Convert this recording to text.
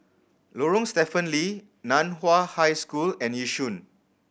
Lorong Stephen Lee Nan Hua High School and Yishun